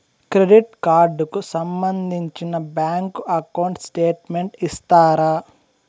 Credit card కు సంబంధించిన bank account statement ఇస్తారా?